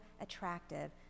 attractive